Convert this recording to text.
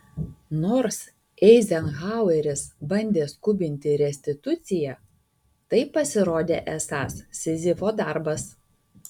nors eizenhaueris bandė skubinti restituciją tai pasirodė esąs sizifo darbas